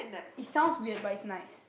it sounds weird but it's nice